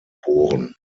geboren